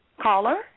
Caller